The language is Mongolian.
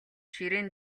ширээн